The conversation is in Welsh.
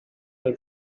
nhw